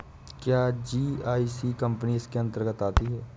क्या GIC company इसके अन्तर्गत आती है?